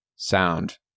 sound